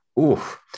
Oof